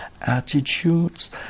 attitudes